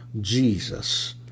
Jesus